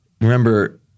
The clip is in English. remember